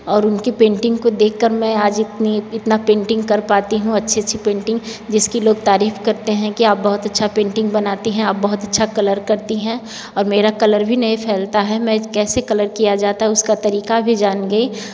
और उनकी पेंटिंग को देखकर आज मैं इतनी इतना पेंटिंग कर पाती हूँ अच्छी अच्छी पेंटिंग जिसकी लोग तारीफ़ करते है की आप बहुत अच्छा पेंटिंग बनाती है आप बहुत कलर करती हैं और मेरा कलर भी नहीं फैलता है एमी अकिसे कलर किया जाता है उसका तरीका भी जान गई